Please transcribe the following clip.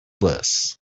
bliss